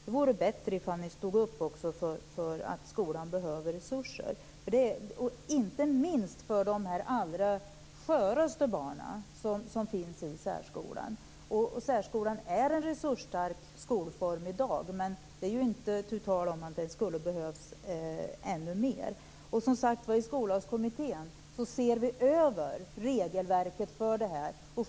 Det vore bättre om ni stod upp för att skolan behöver resurser, inte minst för de allra sköraste barnen - de som finns i särskolan. Särskolan är en resursstark skolform i dag, men det är ju inte tu tal om att den skulle behöva ännu mer. I Skollagskommittén ser vi som sagt över regelverket för detta.